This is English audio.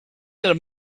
that